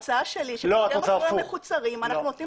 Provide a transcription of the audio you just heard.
ההצעה שלי שבמסלולים המקוצרים אנחנו נותנים